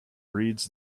reads